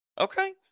Okay